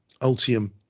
Ultium